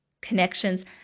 connections